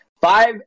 Five